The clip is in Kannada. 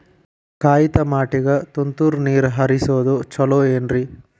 ಕಾಯಿತಮಾಟಿಗ ತುಂತುರ್ ನೇರ್ ಹರಿಸೋದು ಛಲೋ ಏನ್ರಿ?